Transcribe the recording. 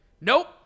Nope